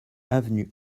avenue